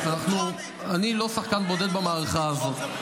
אני לא שחקן בודד במערכה הזאת.